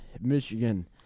Michigan